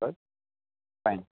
bus fine